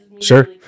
Sure